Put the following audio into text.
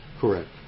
correct